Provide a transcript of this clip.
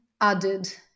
added